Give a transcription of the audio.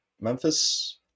Memphis